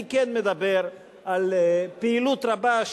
אני כן מדבר על פעילות רבה,